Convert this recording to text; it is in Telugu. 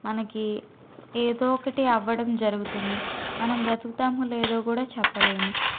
మనకి ఏదో ఒకటి అవ్వడం జరుగుతుంది మనం బ్రతుకుతామొ లేదో కూడా చెప్పలేము